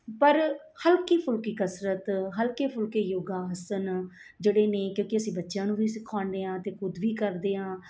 ਪਰ ਹਲਕੀ ਫੁਲਕੀ ਕਸਰਤ ਹਲਕੇ ਫੁਲਕੇ ਯੋਗਾ ਆਸਨ ਜਿਹੜੇ ਨੇ ਕਿਉਂਕਿ ਅਸੀਂ ਬੱਚਿਆਂ ਨੂੰ ਵੀ ਸਿਖਾਉਂਦੇ ਹਾਂ ਅਤੇ ਖੁਦ ਵੀ ਕਰਦੇ ਹਾਂ